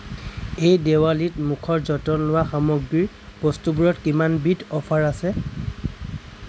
এই দেৱালীত মুখৰ যতন লোৱা সামগ্ৰীৰ বস্তুবোৰত কিমানবিধ অফাৰ আছে